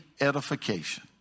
edification